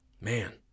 man